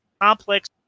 complex